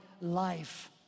life